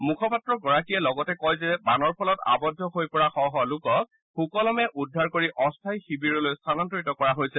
মুখপাত্ৰগৰাকীয়ে লগতে কয় যে বানৰ ফলত আৱদ্ধ হৈ পৰা শ শ লোকক সুকলমে উদ্ধাৰ কৰি অস্থায়ী শিবিৰলৈ স্থানান্তৰিত কৰা হৈছে